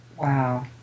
Wow